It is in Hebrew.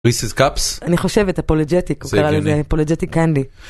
אני חושבת אפוליג'טיק, הוא קרא לזה אפוליג'טיק קנדי.